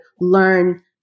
learn